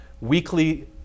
weekly